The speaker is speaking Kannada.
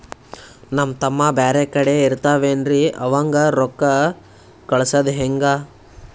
ನಮ್ ತಮ್ಮ ಬ್ಯಾರೆ ಕಡೆ ಇರತಾವೇನ್ರಿ ಅವಂಗ ರೋಕ್ಕ ಕಳಸದ ಹೆಂಗ?